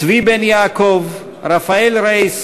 צבי בן-יעקב, רפאל רייס,